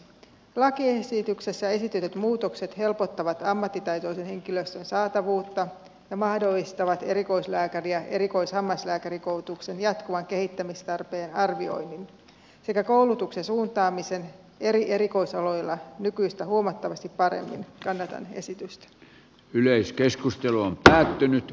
lakiesityksessä esitetyt muutokset helpottavat ammattitaitoisen henkilöstön saatavuutta ja mahdollistavat erikoislääkäri ja erikoishammaslääkärikoulutuksen jatkuvan kehittämistarpeen arvioinnin sekä koulutuksen suuntaamisen eri erikoisaloilla nykyistä huomattavasti paremmin käännetään esitystä yleiskeskustelu on päättynyt